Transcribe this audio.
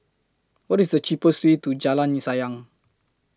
What IS The cheapest Way to Jalan Sayang